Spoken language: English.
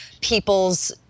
people's